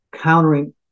countering